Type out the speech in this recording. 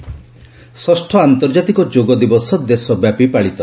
ଷଷ ଆନ୍ତର୍ଜାତିକ ଯୋଗ ଦିବସ ଦେଶବ୍ୟାପୀ ପାଳିତ